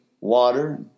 water